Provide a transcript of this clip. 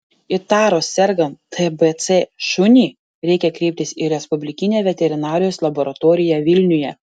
įtarus sergant tbc šunį reikia kreiptis į respublikinę veterinarijos laboratoriją vilniuje